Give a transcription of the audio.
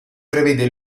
prevede